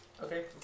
Okay